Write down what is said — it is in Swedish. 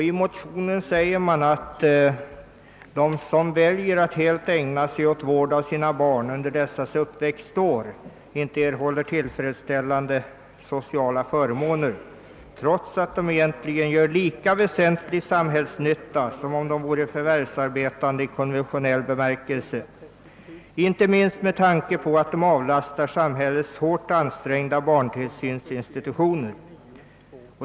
I motionen framhålls att de som väljer att helt ägna sig åt vård av sina barn under dessas uppväxtår inte erhåller tillfredsställande sociala förmåner trots att de egentligen gör lika väsentlig samhällsnytta som om de vore förvärvsarbetande i konventionell bemärkelse, inte minst med tanke på att de avlastar samhällets hårt ansträngda barntillsyns institutioner.